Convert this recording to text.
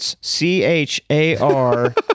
C-H-A-R